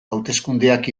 hauteskundeak